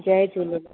Jay Jhulelal